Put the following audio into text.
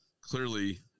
clearly